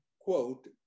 quote